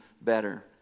better